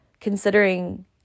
considering